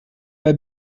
pas